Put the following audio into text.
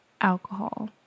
alcohol